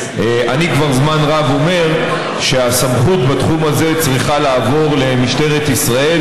אני כבר זמן רב אומר שהסמכות בתחום הזה צריכה לעבור למשטרת ישראל,